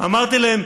אמרתי להם: